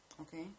Okay